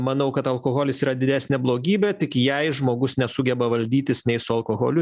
manau kad alkoholis yra didesnė blogybė tik jei žmogus nesugeba valdytis nei su alkoholiu